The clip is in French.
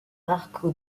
marco